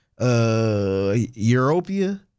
Europia